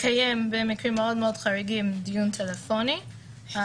לקיים במקרים חריגים מאוד דיון טלפוני.